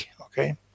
okay